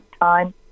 time